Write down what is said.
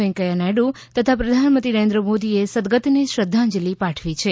વેંકઈયા નાયડુ તથા પ્રધાનમંત્રી નરેન્દ્ર મોદીએ સદગતને શ્રધ્ધાંજલિ પાઠવી છે